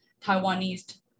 Taiwanese